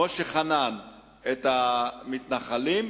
כמו שחנן את המתנחלים,